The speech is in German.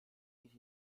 geht